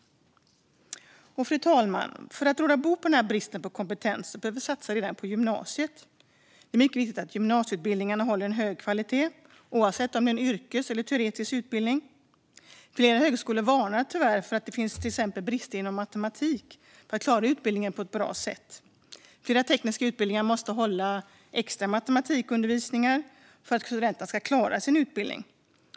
Fru talman! För att råda bot på denna brist på kompetens behöver vi satsa redan i gymnasiet. Det är mycket viktigt att gymnasieutbildningarna håller en hög kvalitet, oavsett om det är en yrkesutbildning eller en teoretisk utbildning. Flera högskolor varnar tyvärr för brister inom till exempel matematik, vilket gör att studenterna inte klarar utbildningen på ett bra sätt. Flera tekniska utbildningar måste hålla extra matematikundervisning för att studenterna ska klara sin utbildning.